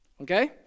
Okay